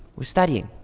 we're studying.